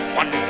one